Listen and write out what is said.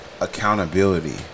accountability